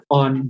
on